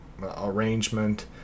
arrangement